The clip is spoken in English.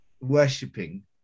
worshipping